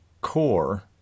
core